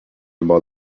about